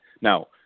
Now